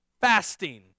Fasting